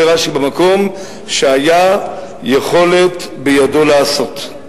אומר רש"י במקום: שהיה יכולת בידו לעשות.